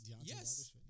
Yes